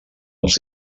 els